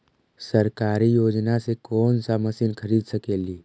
सरकारी योजना से कोन सा मशीन खरीद सकेली?